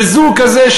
וזוג כזה,